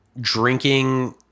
drinking